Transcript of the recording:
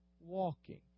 walking